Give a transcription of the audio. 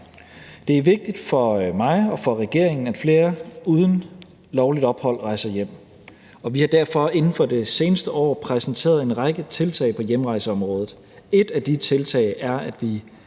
Det er vigtigt for mig og for regeringen, at flere uden lovligt ophold rejser hjem, og vi har derfor inden for det seneste år præsenteret en række tiltag på hjemrejseområdet. Et af de tiltag er, at vi